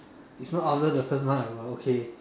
if not after the first month I will okay